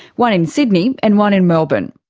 one in sydney and one in melbourne.